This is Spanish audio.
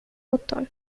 otón